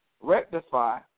rectify